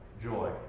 joy